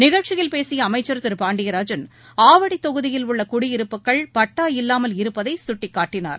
நிகழ்ச்சியில் பேசிய அமைச்சர் திரு பாண்டியராஜன் ஆவடி தொகுதியில் உள்ள குடியிருப்புகள் பட்டா இல்லாமல் இருப்பதை சுட்டிக்காட்டினார்